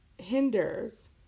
hinders